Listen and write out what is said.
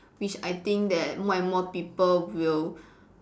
which I think that more and more people will